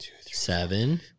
seven